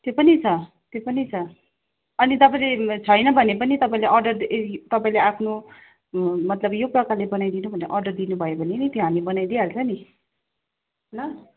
त्यो पनि छ त्यो पनि छ अनि तपाईँले छैन भने पनि तपाईँले अर्डर तपाईँले आफ्नो मतलब यो प्रकारले बनाइदिनु भनेर अर्डर दिनुभयो भने नि त्यो हामी बनाइदिइहाल्छ नि ल